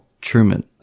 Truman